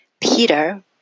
Peter